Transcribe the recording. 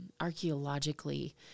archaeologically